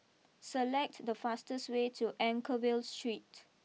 select the fastest way to Anchorvale Street